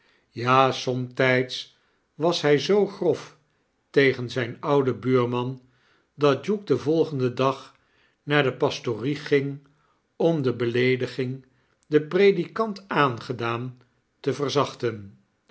ja somtyds was hy zoo grof tegen zyn ouden buurman dat duke den volgenden dag naar de pastorie ging om de beleediging den predikant aangedaan te verzachten